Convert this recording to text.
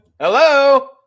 Hello